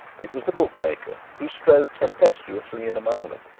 it was the bookmaker who strode tempestuously in among them,